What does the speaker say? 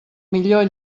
millor